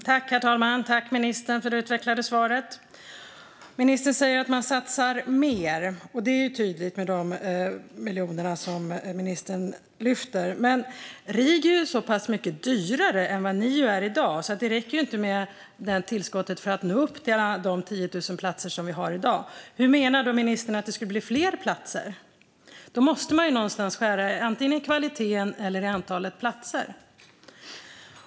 Herr talman! Tack, ministern, för det utvecklade svaret! Ministern säger att man satsar mer, och det är ju tydligt med de miljoner som ministern lyfter fram här. Men RIG är så pass mycket dyrare än vad NIU är i dag att det inte räcker med det här tillskottet för att nå upp till de 10 000 platser som vi har i dag. Hur menar då ministern att det skulle bli fler platser? Då måste man ju antingen skära i kvaliteten eller i antalet platser.